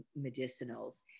medicinals